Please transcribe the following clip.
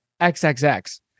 XXX